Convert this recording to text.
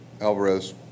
Alvarez